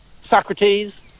Socrates